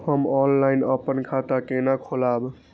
हम ऑनलाइन अपन खाता केना खोलाब?